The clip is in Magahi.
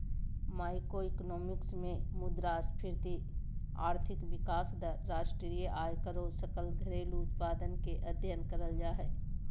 मैक्रोइकॉनॉमिक्स मे मुद्रास्फीति, आर्थिक विकास दर, राष्ट्रीय आय आरो सकल घरेलू उत्पाद के अध्ययन करल जा हय